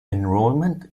enrollment